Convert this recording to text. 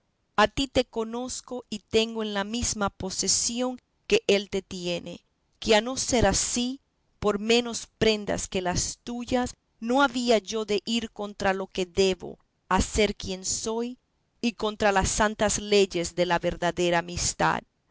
a ti te conozco y tengo en la misma posesión que él te tiene que a no ser así por menos prendas que las tuyas no había yo de ir contra lo que debo a ser quien soy y contra las santas leyes de la verdadera amistad